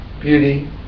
beauty